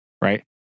right